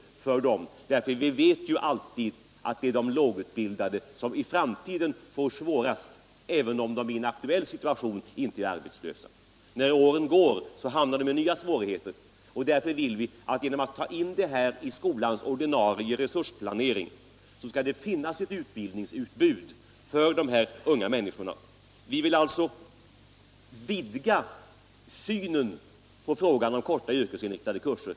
Vi vet ju att det alltid är de lågutbildade som i framtiden får det svårast, även om de i en aktuell situation inte är arbetslösa. När åren går hamnar de i nya svårigheter. Därför vill vi ta in dessa kurser i skolans ordinarie resursplanering så att det skall finnas ett utbildningsutbud för de här unga människorna. Vi vill alltså vidga synen på frågan om korta yrkesinriktade kurser.